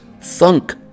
Thunk